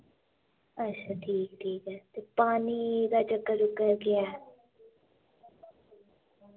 अच्छा ठीक ठीक ऐ ते पानी दा चक्कर चुक्कर केह् ऐ